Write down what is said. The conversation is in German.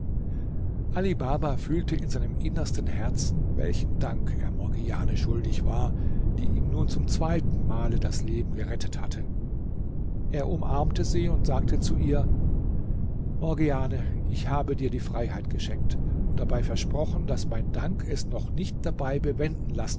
baba fühlte in seinem innersten herzen welchen dank er morgiane schuldig war die ihm nun zum zweiten male das leben gerettet hatte er umarmte sie und sagte zu ihr morgiane ich habe dir die freiheit geschenkt und dabei versprochen daß mein dank es nicht dabei bewenden lassen